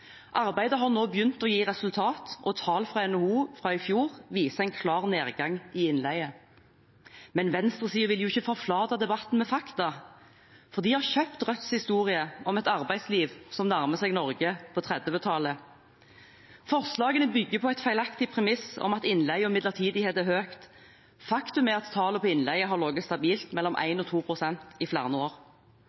Arbeidet har nå begynt å gi resultater, og tall fra NHO fra i fjor viser en klar nedgang i innleie. Men venstresiden vil ikke forflate debatten med fakta. De har kjøpt Rødts historie om et arbeidsliv som nærmer seg Norge på 1930-tallet. Forslagene bygger på et feilaktig premiss om at tallene for innleie og midlertidighet er høye. Faktum er at tallene for innleie har ligget stabilt mellom 1 og 2 pst. i flere år.